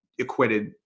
acquitted